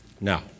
Now